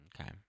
Okay